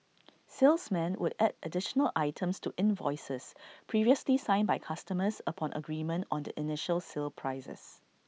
salesmen would add additional items to invoices previously signed by customers upon agreement on the initial sale prices